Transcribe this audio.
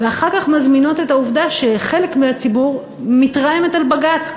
ואחר כך מזמינות את העובדה שחלק מהציבור מתרעם על בג"ץ,